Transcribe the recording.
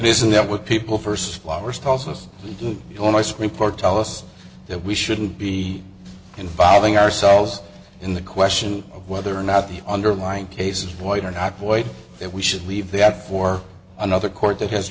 isn't that what people first flowers tells us we do almost report tell us that we shouldn't be involving ourselves in the question of whether or not the underlying cases boy or not boy that we should leave that for another court that has